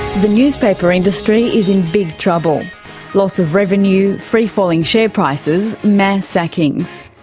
the newspaper industry is in big trouble loss of revenue, freefalling share prices, mass sackings.